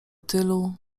tylu